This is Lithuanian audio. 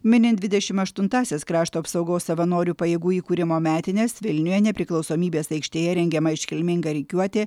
minint dvidešim aštuntąsias krašto apsaugos savanorių pajėgų įkūrimo metines vilniuje nepriklausomybės aikštėje rengiama iškilminga rikiuotė